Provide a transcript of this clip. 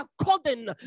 according